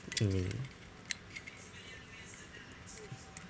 I mean